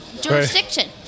jurisdiction